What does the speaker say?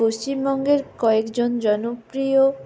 পশ্চিমবঙ্গের কয়েকজন জনপ্রিয়